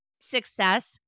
success